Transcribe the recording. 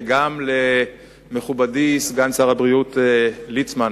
וגם למכובדי סגן שר הבריאות ליצמן,